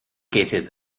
cases